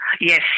Yes